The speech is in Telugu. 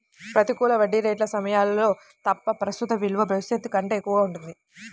ప్రతికూల వడ్డీ రేట్ల సమయాల్లో తప్ప, ప్రస్తుత విలువ భవిష్యత్తు కంటే ఎక్కువగా ఉంటుంది